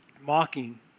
mocking